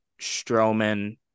Strowman